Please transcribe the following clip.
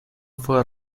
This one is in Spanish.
fue